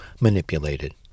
manipulated